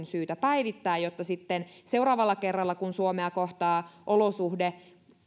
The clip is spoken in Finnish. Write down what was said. syytä päivittää jotta sitten seuraavalla kerralla kun suomea kohtaa olosuhde